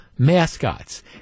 Mascots